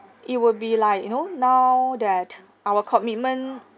it will be like you know now that our commitment